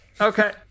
Okay